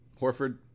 Horford